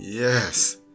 Yes